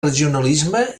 regionalisme